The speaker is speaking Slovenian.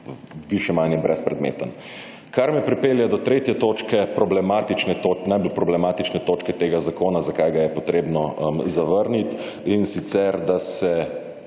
više manje brezpredmeten. Kar me pripelje do tretje točke, najbolj problematične točke tega zakona, zakaj ga je potrebno zavrniti. In sicer, da se